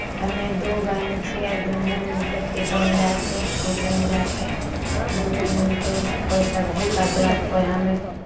हमे दू बहीन छियै दुनू मिलि कऽ किचनमे जाइ छियै किचनमे जा कऽ दुनू मिलि कऽ कोइ सबजी काटलक कोइ हमे